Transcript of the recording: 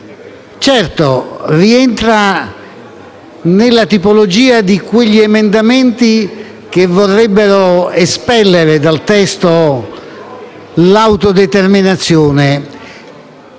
esso rientra nella tipologia di quegli emendamenti che vorrebbero espellere dal testo il principio di autodeterminazione.